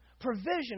provision